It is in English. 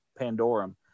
pandorum